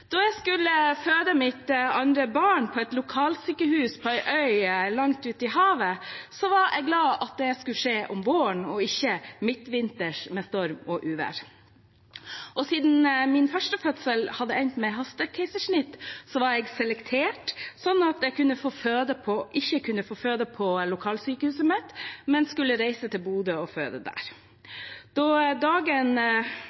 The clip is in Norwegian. Da jeg skulle føde mitt andre barn på et lokalsykehus på en øy langt ute i havet, var jeg glad for at det skulle skje om våren og ikke midtvinters, med storm og uvær. Siden min første fødsel hadde endt med hastekeisersnitt, var jeg selektert, slik at jeg ikke kunne få føde på lokalsykehuset mitt, men skulle reise til Bodø og føde der. Da dagen var der